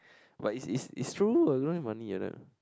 but it's it's it's true I don't have money that time